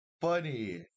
funny